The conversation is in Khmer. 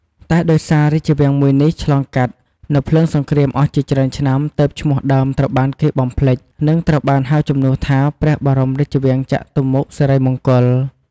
តែដោយសាររាជវាំងមួយនេះឆ្លងកាត់នូវភ្លើងសង្គ្រាមអស់ជាច្រើនឆ្នាំ ទើបឈ្មោះដើមត្រូវបានគេបំភ្លេច និងត្រូវបានហៅជំនួសថា ព្រះបរមរាជវាំងចតុមុខសិរីមង្គល ។